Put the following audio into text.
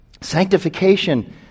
sanctification